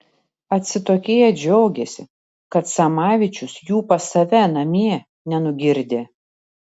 atsitokėję džiaugėsi kad samavičius jų pas save namie nenugirdė